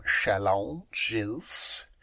challenges